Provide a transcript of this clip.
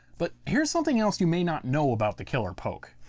but here is something else you may not know about the killer poke.